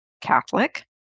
Catholic